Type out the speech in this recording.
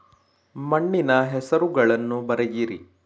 ಮಣ್ಣಿನ ಹೆಸರುಗಳನ್ನು ಬರೆಯಿರಿ